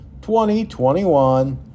2021